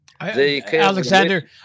Alexander